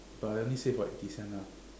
but I only saved what eighty cents ah